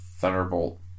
Thunderbolt